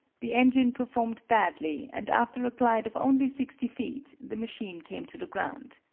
the engine performed badly, and after a glide of only sixty feet, the machine came to the ground.